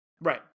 Right